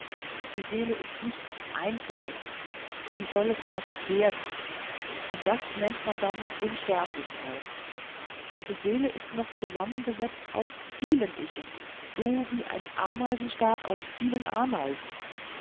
die seele ist nichts einzelnes sie soll es erst werden und das nennt man dann unsterblichkeit ihre seele ist noch zusammengesetzt aus vielen ichen so wie ein ameisenstaat aus vielen ameisen